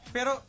Pero